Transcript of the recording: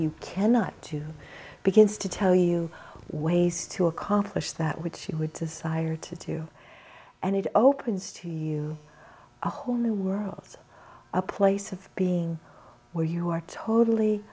you cannot do begins to tell you ways to accomplish that which she would desire to do and it opens to you a whole new world a place of being where you are totally